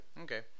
Okay